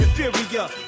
inferior